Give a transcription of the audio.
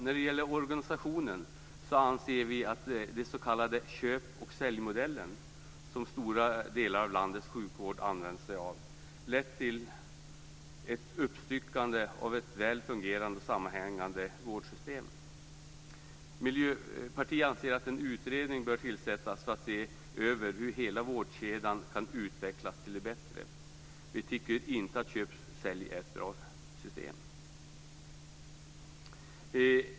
När det gäller organisationen anser vi att den s.k. köp-sälj-modellen, som stora delar av landets sjukvård använt sig av, lett till ett uppstyckande av ett väl fungerande, sammanhängande vårdsystem. Miljöpartiet anser att en utredning bör tillsättas för att se över hur hela vårdkedjan kan utvecklas till det bättre. Vi tycker inte att köp-sälj är ett bra system.